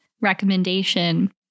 recommendation